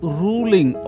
ruling